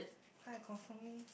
hi confirming